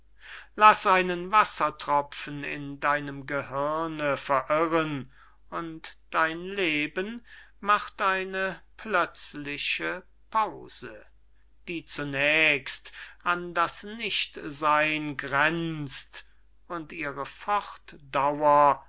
laß einen wassertropfen in deinem gehirne verirren und dein leben macht eine plötzliche pause die zunächst an das nichtseyn gränzt und ihre